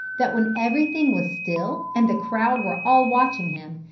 that when everything was still and the crowd were all watching him,